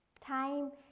Time